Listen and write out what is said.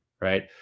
right